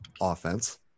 offense